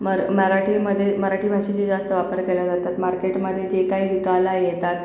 मर मराठीमध्ये मराठी भाषेचे जास्त वापर केल्या जातात मार्केटमध्ये जे काही विकायला येतात